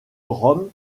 rome